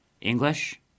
English